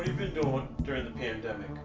been doing during the pandemic?